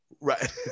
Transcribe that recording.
Right